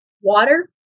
water